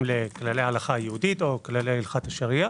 לכללי ההלכה היהודית או כללית הלכת השריע.